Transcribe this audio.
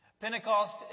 Pentecost